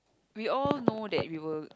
we all know that we will